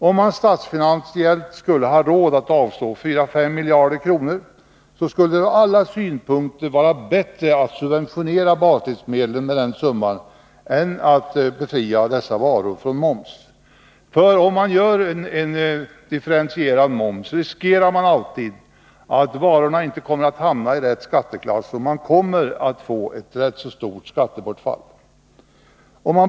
Om man statsfinansiellt skulle ha råd att avstå 4—5 miljarder kronor, skulle det ur alla synpunkter vara bättre att subventionera baslivsmedlen med den summan än att befria dessa varor från moms. Inför man differentierad moms riskerar man nämligen alltid att varorna inte kommer att hamna i rätt skatteklass. Man kommer därmed att få ett ganska stort skattebortfall.